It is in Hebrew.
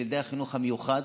של ילדי החינוך המיוחד,